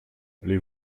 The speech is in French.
les